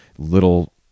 little